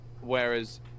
Whereas